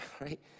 right